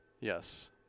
Yes